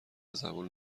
زبون